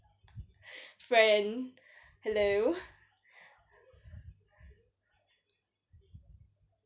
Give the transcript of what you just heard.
friend hello